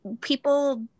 people